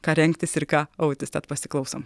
ką rengtis ir ką autis tad pasiklausom